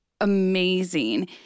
amazing